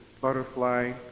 butterfly